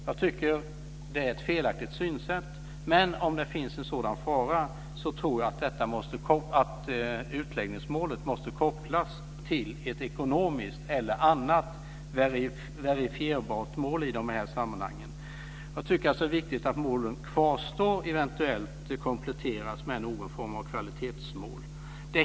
Jag tycker att det är ett felaktigt synsätt, men om det finns en sådan fara, tror jag att utläggningsmålet måste kopplas till ett ekonomiskt eller annat verifierbart mål i dessa sammanhang. Jag tycker alltså att det är viktigt att målen kvarstår men eventuellt kompletteras med någon form av kvalitetsmål.